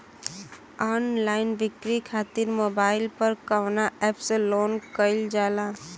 Online बिक्री खातिर mobile पर कवना एप्स लोन कईल जाला?